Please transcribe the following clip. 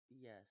Yes